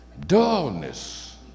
dullness